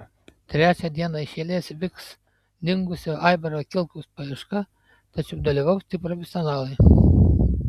trečią dieną iš eilės vyks dingusio aivaro kilkaus paieška tačiau dalyvaus tik profesionalai